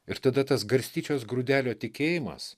ir tada tas garstyčios grūdelio tikėjimas